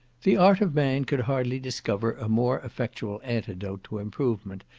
the art of man could hardly discover a more effectual antidote to improvement,